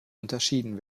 unterschieden